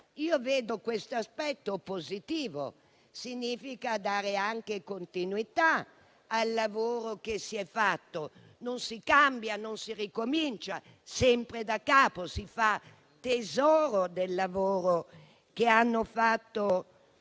Io vedo questo come un aspetto positivo. Significa dare continuità al lavoro che si è fatto: non si cambia e non si ricomincia sempre daccapo, ma si fa tesoro del lavoro che hanno fatto i